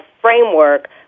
framework